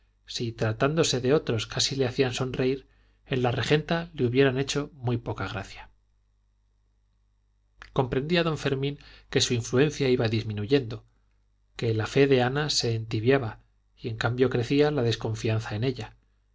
si tratándose de otros casi le hacían sonreír en la regenta le hubieran hecho muy poca gracia comprendía don fermín que su influencia iba disminuyendo que la fe de ana se entibiaba y en cambio crecía la desconfianza en ella